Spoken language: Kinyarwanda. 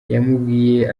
yamubwiye